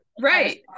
right